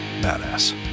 badass